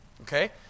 Okay